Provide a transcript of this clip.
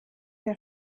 der